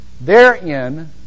therein